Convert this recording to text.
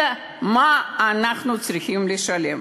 אלא מה אנחנו צריכים לשלם.